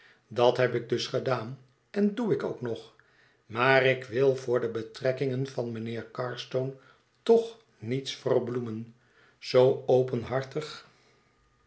dat heb ik dus gedaan en doe ik ook nog maar ik wil voor de betrekkingen van mijnheer carstone toch niets verbloemen zoo openhartig